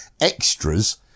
Extras